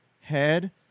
head